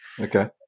Okay